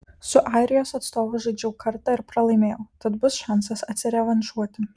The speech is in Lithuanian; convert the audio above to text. su airijos atstovu žaidžiau kartą ir pralaimėjau tad bus šansas atsirevanšuoti